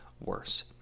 worse